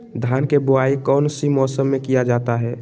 धान के बोआई कौन सी मौसम में किया जाता है?